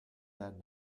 that